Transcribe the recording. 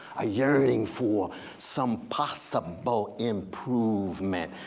a yearning for some possible improvement,